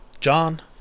John